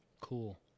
Cool